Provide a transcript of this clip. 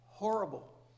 Horrible